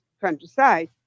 countryside